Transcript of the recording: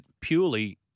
purely